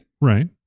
Right